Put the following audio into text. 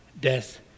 death